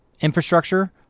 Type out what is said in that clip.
infrastructure